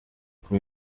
kuri